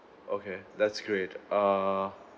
okay that's great err